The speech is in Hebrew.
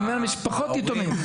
אני אומר "משפחות יתומים".